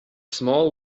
small